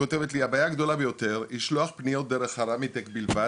כותבת לי: "הבעיה הגדולה ביותר לשלוח פניות דרך הרמיטק בלבד.